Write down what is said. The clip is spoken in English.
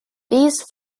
these